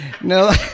No